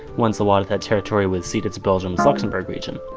once a lot of that territory was ceded to belgium's luxembourg region.